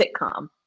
sitcom